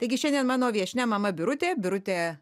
taigi šiandien mano viešnia mama birutė birutė